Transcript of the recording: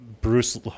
Bruce